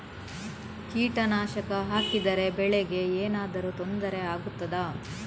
ಕೀಟನಾಶಕ ಹಾಕಿದರೆ ಬೆಳೆಗೆ ಏನಾದರೂ ತೊಂದರೆ ಆಗುತ್ತದಾ?